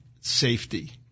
safety